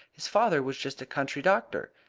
his father was just a country doctor.